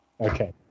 Okay